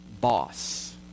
boss